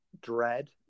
dread